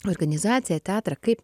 organizaciją teatrą kaip